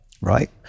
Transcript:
Right